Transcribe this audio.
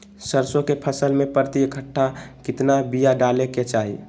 सरसों के फसल में प्रति कट्ठा कितना बिया डाले के चाही?